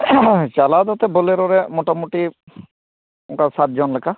ᱪᱟᱞᱟᱣ ᱮᱱᱛᱮ ᱵᱳᱞᱮᱨᱳ ᱨᱮᱭᱟᱜ ᱢᱚᱴᱟᱢᱩᱴᱤ ᱚᱱᱠᱟ ᱥᱟᱛ ᱡᱚᱱ ᱞᱮᱠᱟ